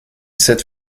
cette